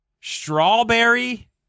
Strawberry